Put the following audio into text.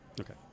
Okay